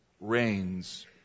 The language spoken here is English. reigns